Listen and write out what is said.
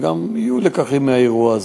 וגם יהיו לקחים מהאירוע הזה.